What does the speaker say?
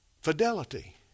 Fidelity